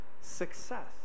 success